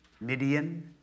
Midian